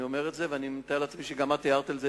אני אומר את זה ואני מתאר לעצמי שגם את הערת על זה,